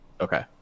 Okay